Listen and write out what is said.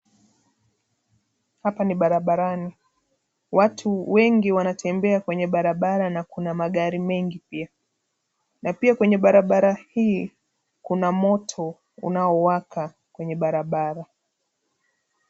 Hapa ni barabarani. Watu wengi wanatembea kwenye barabara na kuna magari mengi pia, na pia kwenye barabara hii kuna moto unaowaka kwenye barabara.